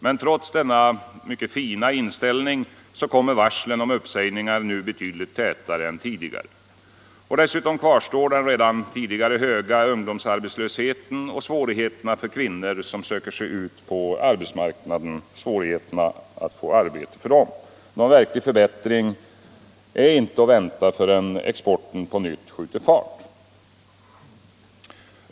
Men trots denna fina inställning kommer varslen om uppsägningar nu betydligt tätare än tidigare. Dessutom kvarstår den redan tidigare höga ungdomsarbetslösheten och svårigheterna för kvinnor som söker sig ut på arbetsmarknaden att få arbete. Någon verklig förbättring är inte att vänta förrän exporten på nytt skjuter fart.